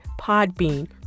Podbean